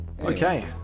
okay